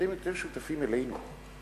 אתם יותר שותפים לנו.